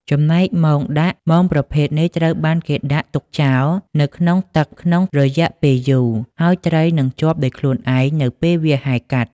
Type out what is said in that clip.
ចំណែកមងដាក់ មងប្រភេទនេះត្រូវបានគេដាក់ទុកចោលនៅក្នុងទឹកក្នុងរយៈពេលយូរ ហើយត្រីនឹងជាប់ដោយខ្លួនឯងនៅពេលវាហែលកាត់។